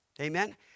Amen